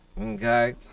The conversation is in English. okay